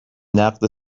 نقد